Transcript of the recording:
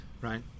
right